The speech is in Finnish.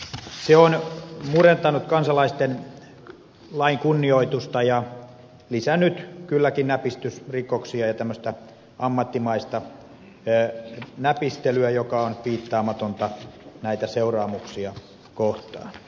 se on murentanut kansalaisten lain kunnioitusta ja lisännyt kylläkin näpistysrikoksia ja tämmöistä ammattimaista näpistelyä joka on piittaamatonta näitä seuraamuksia kohtaan